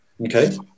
Okay